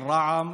של רע"מ.